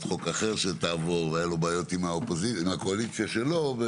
חוק אחרת שתעבור והיו לו בעיות עם הקואליציה שלו,